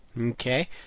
Okay